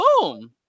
boom